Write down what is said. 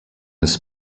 his